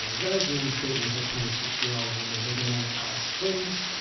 and rosie anne fulton is a twenty six year old woman living in alice springs.